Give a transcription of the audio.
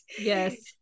Yes